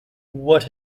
what